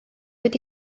wedi